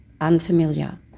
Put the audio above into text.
unfamiliar